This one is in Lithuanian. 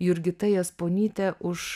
jurgita jasponytė už